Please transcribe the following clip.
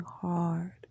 hard